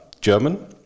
German